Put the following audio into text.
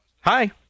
hi